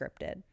scripted